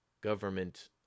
government